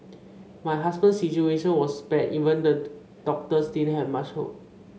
my husband's situation was bad even the doctors didn't have much hope